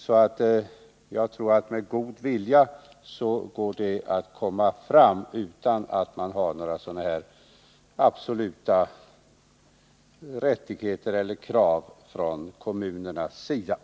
Om det finns en god vilja, tror jag man kan lyckas utan att det finns några absoluta rättigheter eller krav på kommunalt håll. Herr talman!